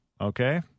Okay